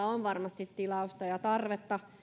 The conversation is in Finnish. on varmasti tilausta ja tarvetta